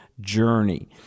Journey